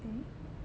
eh